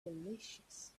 delicious